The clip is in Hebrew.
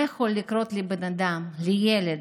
מה יכול לקרות לבן אדם, לילד,